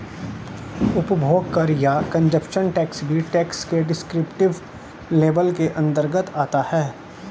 उपभोग कर या कंजप्शन टैक्स भी टैक्स के डिस्क्रिप्टिव लेबल के अंतर्गत आता है